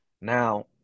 Now